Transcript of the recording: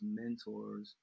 mentors